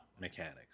mechanics